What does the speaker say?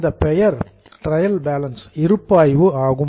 அதன் பெயர் trial balance இருப்பாய்வு ஆகும்